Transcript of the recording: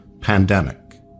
pandemic